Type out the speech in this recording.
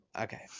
Okay